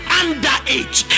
underage